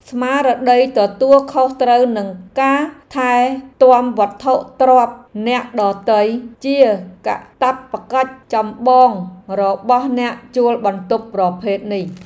ស្មារតីទទួលខុសត្រូវនិងការថែទាំវត្ថុទ្រព្យអ្នកដទៃជាកាតព្វកិច្ចចម្បងរបស់អ្នកជួលបន្ទប់ប្រភេទនេះ។